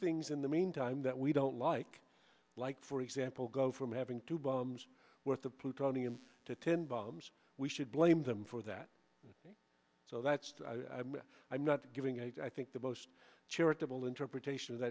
things in the meantime that we don't like like for example go from having two bombs worth of plutonium to ten bombs we should blame them for that so that's why i'm not giving a i think the most charitable interpretation